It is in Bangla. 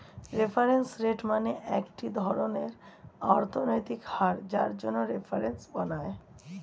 রেফারেন্স রেট মানে একটি ধরনের অর্থনৈতিক হার যার জন্য রেফারেন্স বানায়